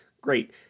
great